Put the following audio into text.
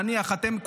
נניח אתם,